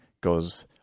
goes